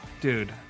dude